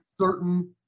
certain